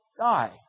die